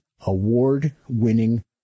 award-winning